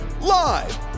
live